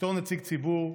בתור נציג ציבור,